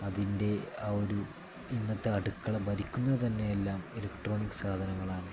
അതിൻ്റെ ആ ഒരു ഇന്നത്തെ അടുക്കള ഭരിക്കുന്നത് തന്നെയെല്ലാം ഇലക്ട്രോണിക്സ് സാധനങ്ങളാണ്